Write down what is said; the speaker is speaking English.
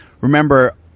remember